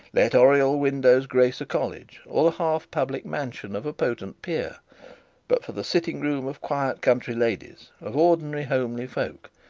let oriel windows grace a college, or the half public mansion of a potent peer but for the sitting room of quiet country ladies, of ordinary homely folk,